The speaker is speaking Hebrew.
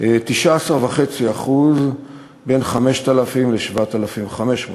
19.5% בין 5,000 ל-7,500 ש"ח,